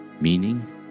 Meaning